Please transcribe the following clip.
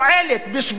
בשביל מה?